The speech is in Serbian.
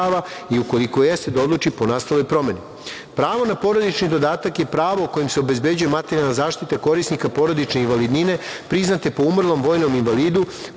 i ukoliko jeste da odluči po nastaloj promeni. Pravo na porodičnu dodatak je prvo kojim se obezbeđuje materijalna zaštita korisnika porodične invalidnine priznate po umrlom vojnom invalidu